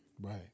Right